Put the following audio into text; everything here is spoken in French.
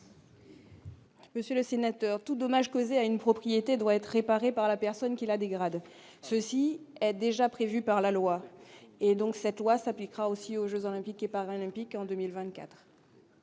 Monsieur le sénateur tout dommage causé à une propriété doit être réparé par la personne qui la dégradent ceci est déjà prévu par la loi et donc cette loi s'appliquera aussi aux Jeux olympiques et paralympiques en 2024.